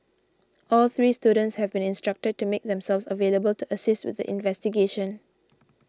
all three students have been instructed to make themselves available to assist with the investigation